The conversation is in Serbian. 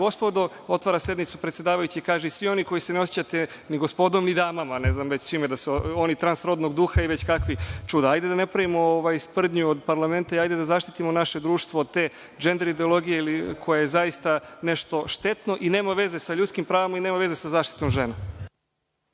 gospodo, otvara sednicu predsedavajući i kaže i svi oni koji se ne osećate ni gospodom ni damama, da su oni transrodnog duha i već kakvih čuda. Hajde da napravimo sprdnju od Parlamenta i hajde da zaštitimo naše društvo od te džender ideologije ili koja je zaista nešto štetno i nema veze sa ljudskim pravima i nema veze sa zaštitom žena.